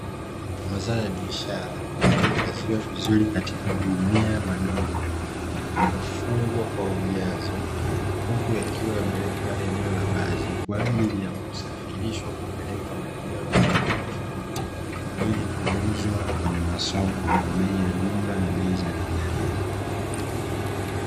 Mazao ya biashara yaliyohifadhiwa vizuri katika magunia madogo yaliyofungwa kwa ujazo, huku yakiwa yamewekwa eneo la wazi kwa ajili ya kusafirishwa kupelekwa maeneo tofautitofauti ili kuuzwa kwenye masoko kwa bei ya jumla na bei za rejareja.